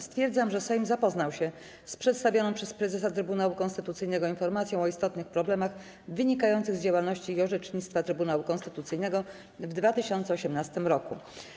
Stwierdzam, że Sejm zapoznał się z przedstawioną przez prezesa Trybunału Konstytucyjnego Informacją o istotnych problemach wynikających z działalności i orzecznictwa Trybunału Konstytucyjnego w 2018 roku.